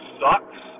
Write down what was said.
sucks